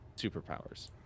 superpowers